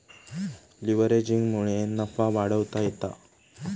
लीव्हरेजिंगमुळे नफा वाढवता येता